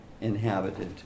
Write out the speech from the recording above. inhabited